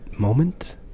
moment